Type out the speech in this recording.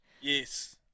Yes